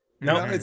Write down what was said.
no